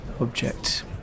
object